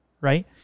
right